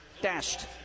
dashed